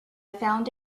found